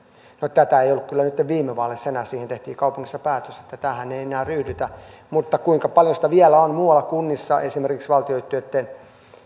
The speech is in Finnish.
tätä ei ollut kyllä nyt viime vaaleissa enää siitä tehtiin kaupungissa päätös että tähän ei enää ryhdytä mutta kuinka paljon sitä vielä on muualla kunnissa esimerkiksi valtion yhtiöitten